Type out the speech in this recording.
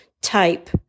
type